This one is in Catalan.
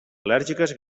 al·lèrgiques